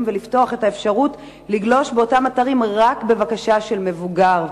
ולפתוח את האפשרות לגלוש באותם אתרים רק לפי בקשה של מבוגר?